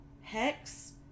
*Hex*